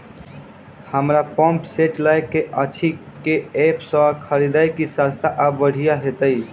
हमरा pump set लय केँ अछि केँ ऐप सँ खरिदियै की सस्ता आ बढ़िया हेतइ?